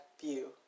view